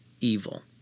evil